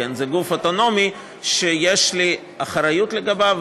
זה גוף אוטונומי שיש לי אחריות לגביו,